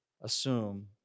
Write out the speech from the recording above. assume